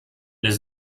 his